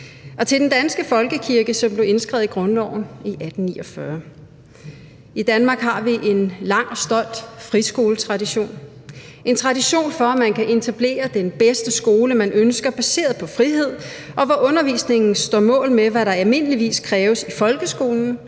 og til den danske folkekirke, som blev indskrevet i grundloven i 1849. I Danmark har vi en lang og stolt friskoletradition – en tradition for, at man kan etablere den bedste skole, man ønsker, baseret på frihed, og hvor undervisningen står mål med, hvad der almindeligvis kræves i folkeskolen,